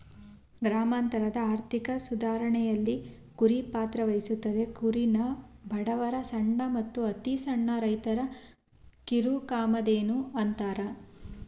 ಗ್ರಾಮಾಂತರದ ಆರ್ಥಿಕ ಸುಧಾರಣೆಲಿ ಕುರಿ ಪಾತ್ರವಹಿಸ್ತದೆ ಕುರಿನ ಬಡವರ ಸಣ್ಣ ಮತ್ತು ಅತಿಸಣ್ಣ ರೈತರ ಕಿರುಕಾಮಧೇನು ಅಂತಾರೆ